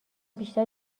بیشتر